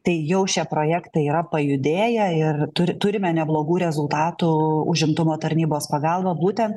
tai jau šie projektai yra pajudėję ir turi turime neblogų rezultatų užimtumo tarnybos pagalba būtent